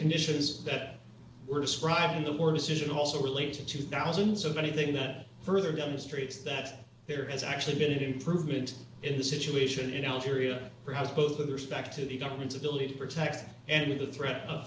conditions that were describing the war decision also related to thousands of anything that further demonstrates that there has actually been improvement in the situation in algeria perhaps both leaders back to the government's ability to protect and the threat of